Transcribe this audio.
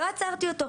לא עצרתי אותו,